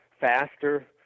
faster